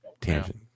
Tangent